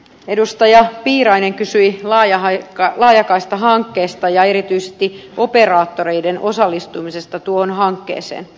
edustaja piirainen kysyi laajakaistahankkeesta ja erityisesti operaattoreiden osallistumisesta tuohon hankkeeseen